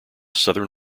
southern